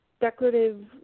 decorative